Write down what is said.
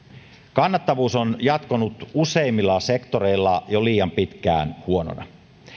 kannattavuus on jatkunut useimmilla sektoreilla jo liian pitkään huonona